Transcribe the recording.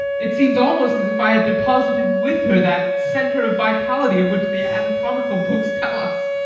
it seems almost as if i had deposited with her that centre of vitality of which the anatomical books tell us.